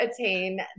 attain